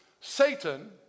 Satan